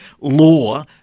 law